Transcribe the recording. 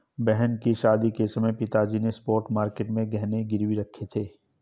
बहन की शादी के समय पिताजी ने स्पॉट मार्केट में गहने गिरवी रखे थे